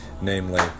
namely